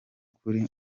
kuri